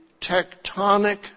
tectonic